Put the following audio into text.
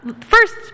first